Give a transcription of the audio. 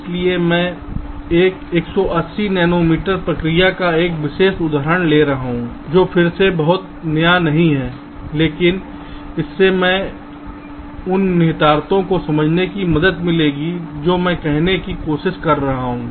इसलिए मैं एक 180 नैनोमीटर प्रक्रिया का एक विशेष उदाहरण ले रहा हूं जो फिर से बहुत नया नहीं है लेकिन इससे हमें उन निहितार्थों को समझने में मदद मिलेगी जो मैं कहने की कोशिश कर रहा हूं